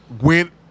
went